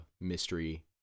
mystery